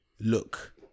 look